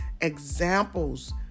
examples